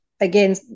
again